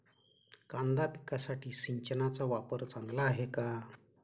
कांदा पिकासाठी सिंचनाचा वापर चांगला आहे का?